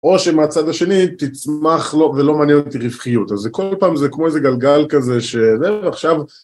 או שמהצד השני תצמח לו...ולא מעניין אותי רווחיות, אז כל פעם זה כמו איזה גלגל כזה ש... ועכשיו...